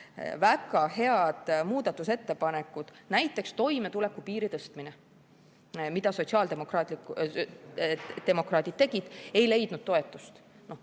väga head muudatusettepanekud, näiteks toimetulekupiiri tõstmine, mille sotsiaaldemokraadid tegid, ei leidnud toetust.